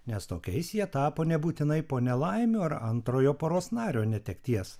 nes tokiais jie tapo nebūtinai po nelaimių ar antrojo poros nario netekties